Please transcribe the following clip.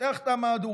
פותח את המהדורה.